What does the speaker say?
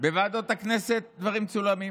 בוועדות הכנסת דברים מצולמים,